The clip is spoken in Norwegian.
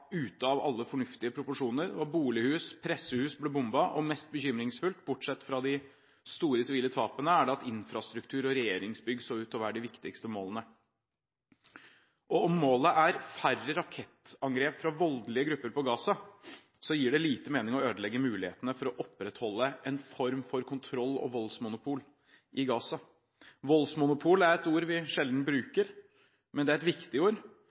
av alle fornuftige proporsjoner. Bolighus og pressehus ble bombet, og mest bekymringsfullt – bortsett fra de store sivile tapene – er at infrastruktur og regjeringsbygg så ut til å være de viktigste målene. Dersom målet er færre rakettangrep fra voldelige grupper på Gaza, gir det lite mening å ødelegge mulighetene for å opprettholde en form for kontroll og voldsmonopol i Gaza. «Voldsmonopol» er et ord vi sjelden bruker, men det er et viktig ord,